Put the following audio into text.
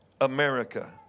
America